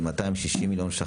260 מיליון ₪,